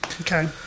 okay